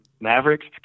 Mavericks